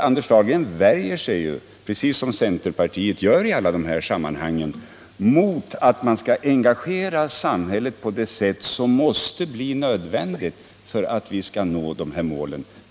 Anders Dahlgren värjer sig ju, precis som centerpartisterna gör i alla de här sammanhangen, mot att man skall engagera samhället på det sätt som är nödvändigt för att vi skall uppnå de uppställda målen.